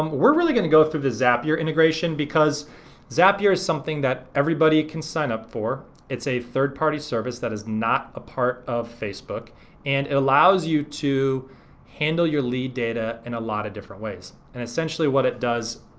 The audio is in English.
um we're really gonna go through the zapier integration because zapier is something that everybody can sign up for. it's a third party service that is not a part of facebook and it allows you to handle your lead data in a lot of different ways. and essentially what it does,